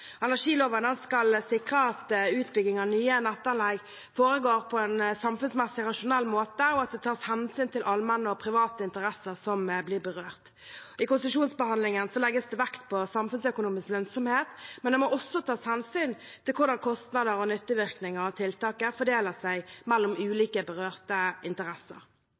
tas hensyn til allmenne og private interesser som blir berørt. I konsesjonsbehandlingen legges det vekt på samfunnsøkonomisk lønnsomhet, men det må også tas hensyn til hvordan kostnader og nyttevirkninger av tiltaket fordeler seg mellom ulike berørte interesser.